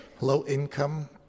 low-income